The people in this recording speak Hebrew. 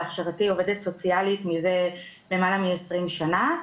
בהכשרתי עובדת סוציאלית מזה למעלה מ-20 שנה.